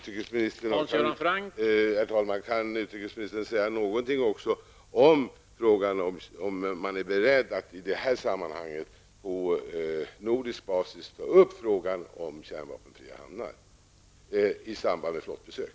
Herr talman! Kan utrikesministern säga någonting om huruvida man är beredd att i detta sammanhang på nordisk basis ta upp frågan om kärnvapenfria hamnar i samband med flottbesök?